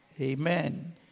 Amen